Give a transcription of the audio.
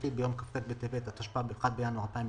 שיפוטית ביום כ"ח בטבת התשפ"ב (1 בינואר 2022),